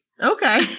Okay